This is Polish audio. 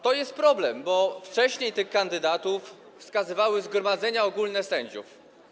To jest problem, bo wcześniej tych kandydatów wskazywały zgromadzenia ogólne sędziów.